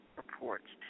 reports